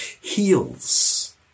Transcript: heals